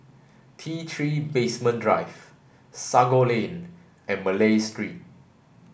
T Three Basement Drive Sago Lane and Malay Street